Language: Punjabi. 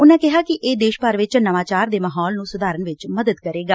ਉਨੁਾਂ ਕਿਹਾ ਕਿ ਇਹ ਦੇਸ਼ ਭਰ ਚ ਨਵਾਚਾਰ ਦੇ ਮਾਹੌਲ ਨੂੰ ਸੁਧਾਰਨ ਚ ਮਦਦ ਕਰੇਗਾ